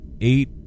Eight